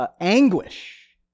anguish